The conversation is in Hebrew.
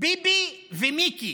ביבי ומיקי,